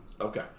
Okay